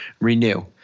renew